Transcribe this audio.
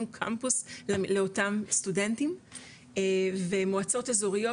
קמפוס לאותם סטודנטים ומועצות אזוריות,